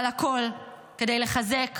אבל הכול, כדי לחזק,